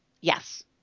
Yes